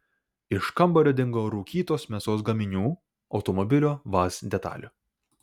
iš kambario dingo rūkytos mėsos gaminių automobilio vaz detalių